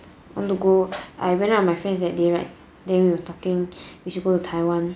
I want to go I went out with my friends that day right then we were talking we should go to taiwan